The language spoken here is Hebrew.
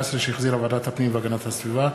2014, שהחזירה ועדת הפנים והגנת הסביבה,